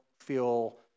feel